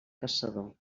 caçador